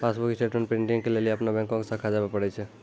passbook statement printing के लेली अपनो बैंको के शाखा जाबे परै छै